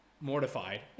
mortified